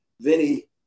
Vinnie